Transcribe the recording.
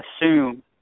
assume